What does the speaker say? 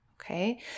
okay